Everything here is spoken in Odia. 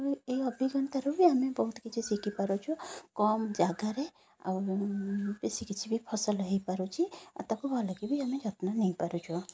ଏଇ ଅଭିଜ୍ଞତାରୁ ବି ଆମେ ବହୁତ କିଛି ଶିଖିପାରୁଛୁ କମ୍ ଜାଗାରେ ଆଉ ବେଶୀ କିଛି ବି ଫସଲ ହୋଇପାରୁଛି ଆଉ ତାକୁ ଭଲକି ବି ଆମେ ଯତ୍ନ ନେଇପାରୁଛୁ